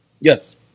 Yes